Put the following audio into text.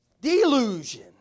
Delusion